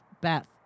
Beth